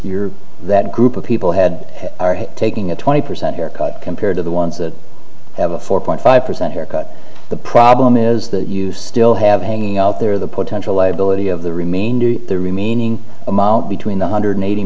you're that group of people had taking a twenty percent here compared to the ones that have a four point five percent haircut the problem is that you still have hanging out there the potential liability of the remainder the remaining amount between one hundred eighty